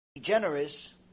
generous